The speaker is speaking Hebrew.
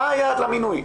מה היעד למינוי?